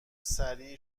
سریع